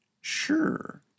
Sure